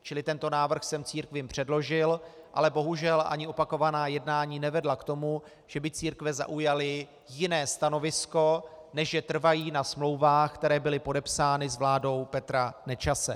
Čili tento návrh jsem církvím předložil, ale bohužel ani opakovaná jednání nevedla k tomu, že by církve zaujaly jiné stanovisko, než že trvají na smlouvách, které byly podepsány s vládou Petra Nečase.